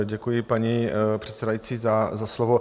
Děkuji, paní předsedající, za slovo.